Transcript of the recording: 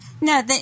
no